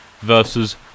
versus